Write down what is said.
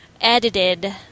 edited